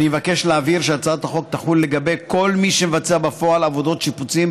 אני מבקש להבהיר שהצעת החוק תחול לגבי כל מי שמבצע בפועל עבודות שיפוצים